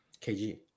KG